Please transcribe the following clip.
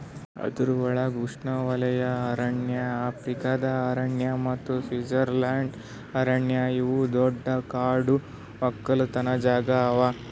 ಅದುರ್ ಒಳಗ್ ಉಷ್ಣೆವಲಯದ ಅರಣ್ಯ, ಆಫ್ರಿಕಾದ ಅರಣ್ಯ ಮತ್ತ ಸ್ವಿಟ್ಜರ್ಲೆಂಡ್ ಅರಣ್ಯ ಇವು ದೊಡ್ಡ ಕಾಡು ಒಕ್ಕಲತನ ಜಾಗಾ ಅವಾ